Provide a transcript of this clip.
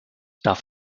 darf